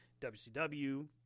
WCW